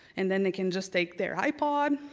and then they can just take their ipod,